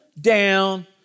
down